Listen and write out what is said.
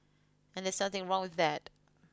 and that's something wrong with that